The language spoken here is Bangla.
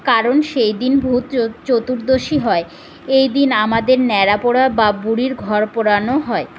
কারণ সেই দিন ভূত চতুর্দশী হয় এই দিন আমাদের ন্যাড়াপোড়া বা বুড়ির ঘর পোড়ানো হয়